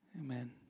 Amen